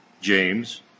James